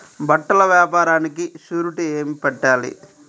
బట్టల వ్యాపారానికి షూరిటీ ఏమి పెట్టాలి?